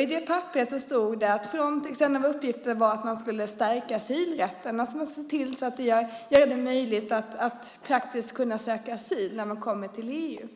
I det papper jag läste stod att en av Frontex uppgifter var att stärka asylrätten, alltså göra det möjligt att praktiskt kunna söka asyl när man kom till EU.